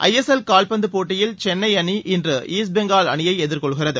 ISL கால்பந்தபோட்டியில் சென்னைஅணி இன்றுஈஸ்ட் பெங்கால் அணியைஎதிர்கொள்கிறது